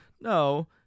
no